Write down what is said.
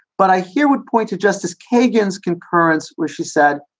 but i here would point to justice kagan's concurrence where she said,